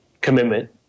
commitment